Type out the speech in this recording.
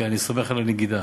אני סומך על הנגידה,